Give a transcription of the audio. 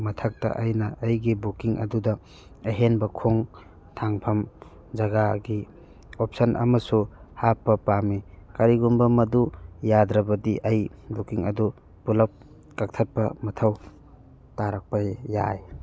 ꯃꯊꯛꯇ ꯑꯩꯅ ꯑꯩꯒꯤ ꯕꯨꯛꯀꯤꯡ ꯑꯗꯨꯗ ꯑꯍꯦꯟꯕ ꯈꯣꯡ ꯊꯥꯡꯐꯝ ꯖꯒꯥꯒꯤ ꯑꯣꯞꯁꯟ ꯑꯃꯁꯨ ꯍꯥꯞꯄ ꯄꯥꯝꯃꯤ ꯀꯔꯤꯒꯨꯝꯕ ꯃꯗꯨ ꯌꯥꯗ꯭ꯔꯕꯗꯤ ꯑꯩ ꯕꯨꯛꯀꯤꯡ ꯑꯗꯨ ꯄꯨꯂꯞ ꯀꯛꯊꯠꯄ ꯃꯊꯧ ꯇꯥꯔꯛꯄ ꯌꯥꯏ